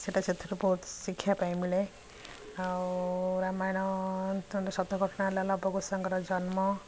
ସେଇଟା ସେଥିରୁ ବହୁତ ଶିଖିବା ପାଇଁ ମିଳେ ଆଉ ରାମାୟଣ ସତ ଘଟଣା ହେଲା ଲବ କୁଶଙ୍କର ଜନ୍ମ